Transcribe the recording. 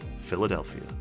Philadelphia